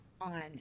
on